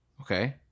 Okay